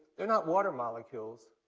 they're not water molecules.